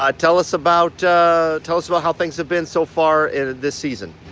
um tell us about tell us about how things have been so far and this season.